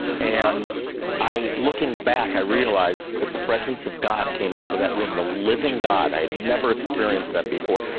and i looking back, i realize the presence of god came into that room. the living god. i had never experienced that before.